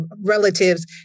relatives